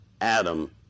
Adam